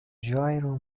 gyro